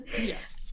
Yes